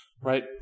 right